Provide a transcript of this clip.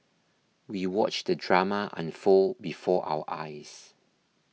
we watched the drama unfold before our eyes